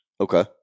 okay